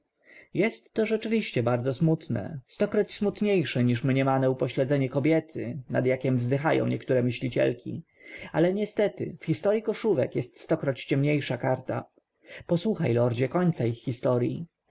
jest to rzeczywiście bardzo smutne stokroć smutniejsze niż mniemane upośledzenie kobiety nad jakiem wzdychają niektóre myślicielki ale niestety w historyi koszówek jest stokroć ciemniejsza karta posłuchaj lordzie końca ich historyi